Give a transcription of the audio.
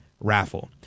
raffle